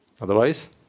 Otherwise